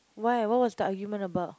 why what was the argument about